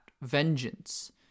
vengeance